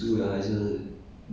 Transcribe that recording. um